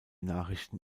nachrichten